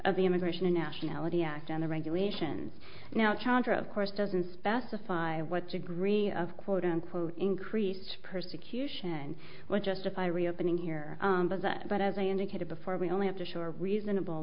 of the immigration and nationality act and the regulations now chandra of course doesn't specify what degree of quote unquote increased persecution will justify reopening here but as i indicated before we only have to show a reasonable